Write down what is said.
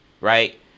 right